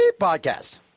podcast